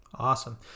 Awesome